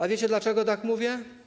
A wiecie dlaczego tak mówię?